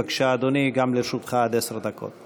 בבקשה, אדוני, גם לרשותך עד עשר דקות.